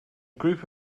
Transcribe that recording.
group